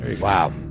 Wow